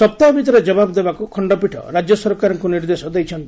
ସପ୍ତାହେ ଭିତରେ ଜବାବ ଦେବାକୁ ଖଶ୍ଚପୀଠ ରାଜ୍ୟ ସରକାରଙ୍କୁ ନିର୍ଦ୍ଦେଶ ଦେଇଛନ୍ତି